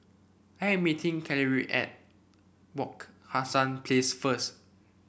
I am meeting Carlyle at Wak Hassan Place first